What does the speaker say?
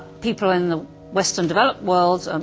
people in the western developed world,